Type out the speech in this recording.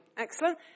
Excellent